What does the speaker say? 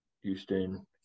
Houston